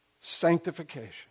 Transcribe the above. Sanctification